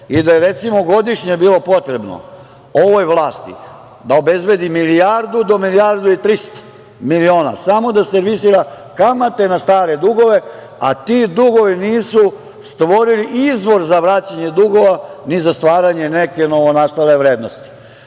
i da je, recimo, godišnje bilo potrebno ovoj vlasti da obezbedi milijardu do milijardu i 300 miliona samo da servisira kamate na stare dugove, a ti dugovi nisu stvorili izvor za vraćanje dugova, ni za stvaranje neke novonastale vrednosti.